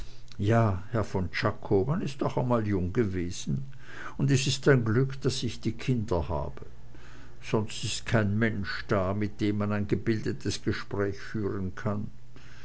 ja herr von czako man ist auch einmal jung gewesen und es ist ein glück daß ich die kinder habe sonst ist kein mensch da mit dem man ein gebildetes gespräch führen kann